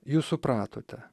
jūs supratote